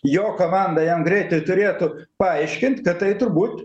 jo komanda jam greitai turėtų paaiškint kad tai turbūt